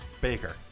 Baker